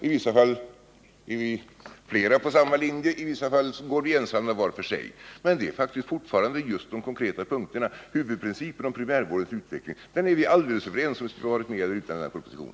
I vissa fall är flera på samma linje, i vissa fall går vi ensamma var för sig. Det gäller alltså fortfarande de konkreta punkterna. Huvudprincipen är vi överens om och skulle ha varit det med eller utan denna proposition.